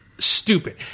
Stupid